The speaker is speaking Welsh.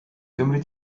gymri